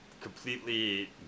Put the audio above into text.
completely